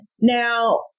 Now